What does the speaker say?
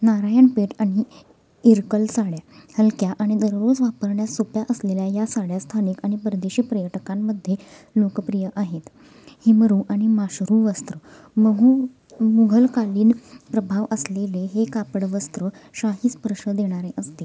नारायणपेठ आणि इरकल साड्या हलक्या आणि दररोज वापरण्यास सोप्या असलेल्या या साड्या स्थानिक आणि परदेशी पर्यटकांमध्ये लोकप्रिय आहेत हिमरू आणि माशरू वस्त्र मघु मुघलकालीन प्रभाव असलेले हे कापड वस्त्र शाही स्पर्श देणारे असते